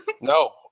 No